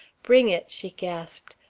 bring it! she gasped.